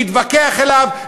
להתווכח עליו,